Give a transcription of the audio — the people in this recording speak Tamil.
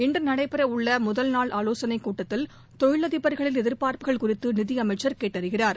இன்று நடைபெற உள்ள முதல் நாள் ஆலோசனை கூட்டத்தில் தொழிலதிபர்களின் எதிர்பார்ப்புகள் குறித்து நிதியமைச்சர் கேட்டறிகிறார்